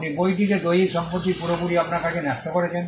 আপনি বইটি দৈহিক সম্পত্তি পুরোপুরি আপনার কাছে ন্যস্ত করেছেন